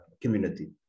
community